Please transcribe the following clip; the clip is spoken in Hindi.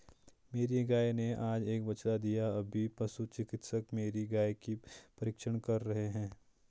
मेरी गाय ने आज एक बछड़ा दिया अभी पशु चिकित्सक मेरी गाय की परीक्षण कर रहे हैं